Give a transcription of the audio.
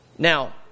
Now